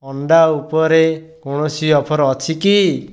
ଅଣ୍ଡା ଉପରେ କୌଣସି ଅଫର୍ ଅଛି କି